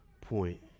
point